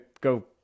go